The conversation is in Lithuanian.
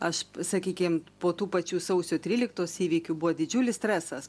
aš sakykim po tų pačių sausio tryliktos įvykių buvo didžiulis stresas